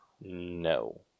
No